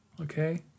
Okay